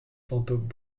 fantômes